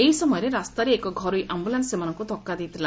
ଏହି ସମୟରେ ରାସ୍ତାରେ ଏକ ଘରୋଇ ଆମ୍ଟୁଲାନ୍ ସେମାନଙ୍କୁ ଧକ୍କା ଦେଇଥିଲା